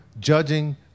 Judging